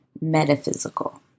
metaphysical